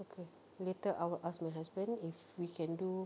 okay later I will ask my husband if we can do